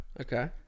okay